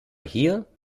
hier